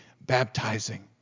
baptizing